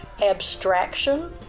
abstraction